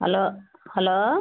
hello hello